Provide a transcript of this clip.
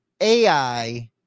ai